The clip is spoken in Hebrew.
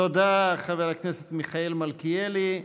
תודה, חבר הכנסת מיכאל מלכיאלי.